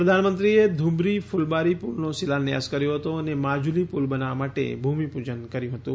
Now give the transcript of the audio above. પ્રધાનમંત્રીએ ધૂબ્રી ફ્લબારી પુલનો શિલાન્યાસ કર્યો હતો અને માજુલી પુલ બનાવવા માટે ભૂમિપૂજન કર્યુ હતું